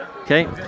Okay